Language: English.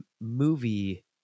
movie